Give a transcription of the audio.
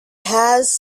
has